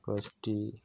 কাজটি